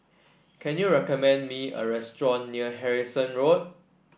can you recommend me a restaurant near Harrison Road